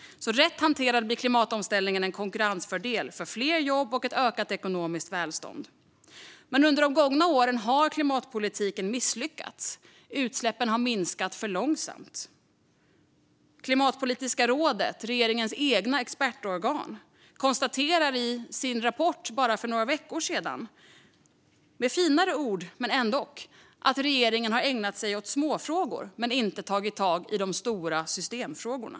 Rätt hanterad blir klimatomställningen alltså en konkurrensfördel och skapar fler jobb och ett ökat ekonomiskt välstånd. Men under de gångna åren har klimatpolitiken misslyckats, och utsläppen har minskat för långsamt. Klimatpolitiska rådet, regeringens eget expertorgan, konstaterar i sin rapport som kom för bara några veckor sedan, med finare ord men ändock, att regeringen har ägnat sig åt småfrågor och inte tagit tag i de stora systemfrågorna.